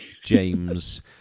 James